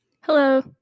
hello